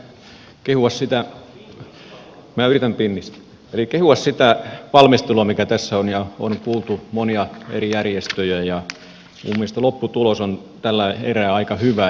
eli täytyy kyllä minä yritän pinnistää kehua sitä valmistelua mikä tässä on ja on kuultu monia eri järjestöjä ja minun mielestäni lopputulos on tällä erää aika hyvä